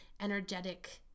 energetic